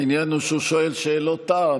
העניין הוא שהוא שואל שאלות תם,